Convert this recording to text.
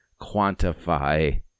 quantify